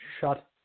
shut